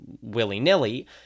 willy-nilly